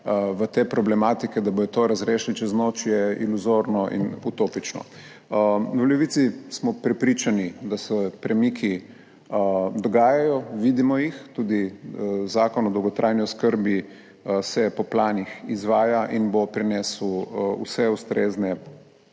v te problematike, da bodo to razrešili čez noč, je iluzorno in utopično. V Levici smo prepričani, da se premiki dogajajo, vidimo jih, tudi Zakon o dolgotrajni oskrbi se po planih izvaja in bo prinesel vse ustrezne